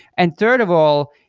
and third of all,